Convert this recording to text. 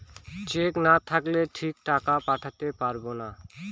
Check না থাকলে কি টাকা পাঠাতে পারবো না?